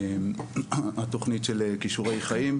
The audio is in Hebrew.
התוכנית של כישורי חיים,